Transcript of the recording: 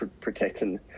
protecting